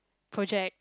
project